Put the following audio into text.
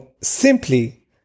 simply